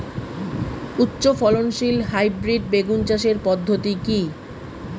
উচ্চ ফলনশীল হাইব্রিড বেগুন চাষের পদ্ধতি কী?